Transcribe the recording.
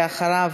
ואחריו,